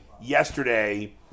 yesterday